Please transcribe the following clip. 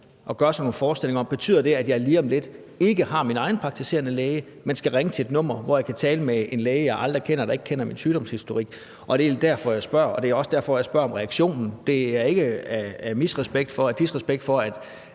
og gør sig nogle forestillinger om, hvorvidt det betyder, at de om lidt ikke har deres egen praktiserende læge, men skal ringe til et nummer, hvor de kan tale med en læge, de ikke kender, og som ikke kender deres sygdomshistorik. Det er derfor, jeg spørger, og det er også derfor, jeg spørger om reaktionen. Det er ikke af disrespekt, fordi der endnu ikke er